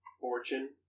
fortune